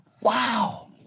Wow